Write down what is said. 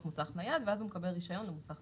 מוסך נייד ואז הוא מקבל רישיון למוסך נייד.